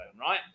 right